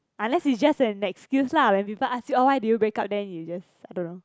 unless is just an excuse lah when people ask you oh why did you break up then you just I don't know